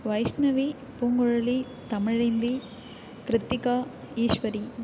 Vaishnavi Poonguzhali Tamizhenthi Kiruthika Eswari